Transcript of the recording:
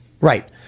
Right